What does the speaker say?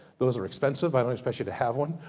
those are expensive. i don't expect you to have one.